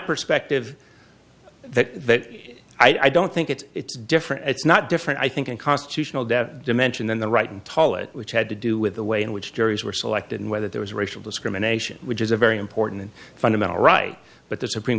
perspective that i don't think it's different it's not different i think in constitutional depth dimension than the right and toilet which had to do with the way in which juries were selected and whether there was racial discrimination which is a very important and fundamental right but the supreme